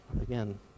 again